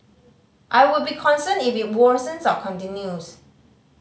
I would be concerned if it worsens or continues